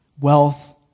wealth